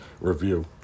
review